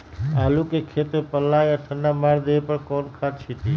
आलू के खेत में पल्ला या ठंडा मार देवे पर कौन खाद छींटी?